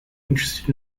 interested